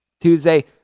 Tuesday